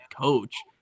coach